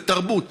בתרבות,